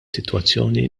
sitwazzjoni